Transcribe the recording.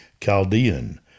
Chaldean